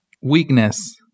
Weakness